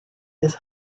his